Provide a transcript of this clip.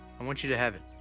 i want you to have it.